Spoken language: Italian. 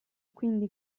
quindi